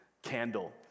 Candle